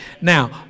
Now